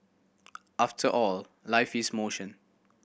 after all life is motion